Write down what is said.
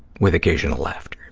with occasional laughter.